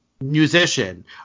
musician